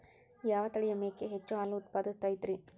ಯಾವ ತಳಿಯ ಮೇಕೆ ಹೆಚ್ಚು ಹಾಲು ಉತ್ಪಾದಿಸತೈತ್ರಿ?